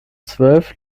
zwölf